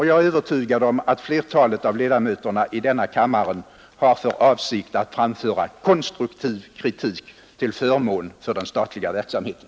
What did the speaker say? Jag är övertygad om att flertalet av ledamöterna i denna kammare har ambitionen att framföra konstruktiv kritik till förmån för den statliga verksamheten.